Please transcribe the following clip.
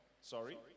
Sorry